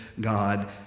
God